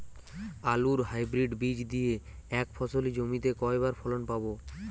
আলুর হাইব্রিড বীজ দিয়ে এক ফসলী জমিতে কয়বার ফলন পাব?